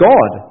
God